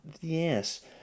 Yes